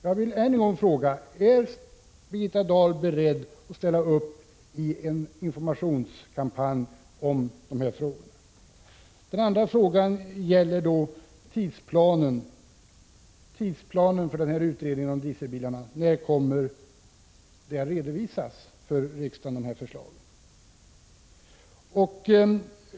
Jag vill än en gång fråga: Är Birgitta Dahl beredd att ställa upp på en informationskampanj om dessa frågor? Den andra frågan gällde tidsplanen för utredningen om dieselbilarna. När kommer ett förslag att redovisas för riksdagen?